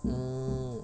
hmm